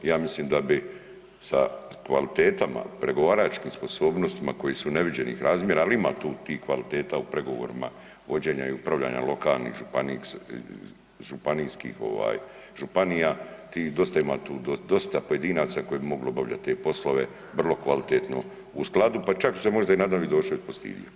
Ja mislim da bi sa kvalitetama pregovaračkim sposobnostima koje su neviđenih razmjera, ali ima tu tih kvaliteta u pregovorima vođenja i upravljanja lokalnih, županijskih županija tih, dosta ima tu dosta pojedinaca koji bi mogli obavljati te poslove vrlo kvalitetno u skladu, pa čak bi se možda i Nadan Vidošević postidio.